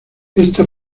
esta